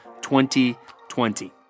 2020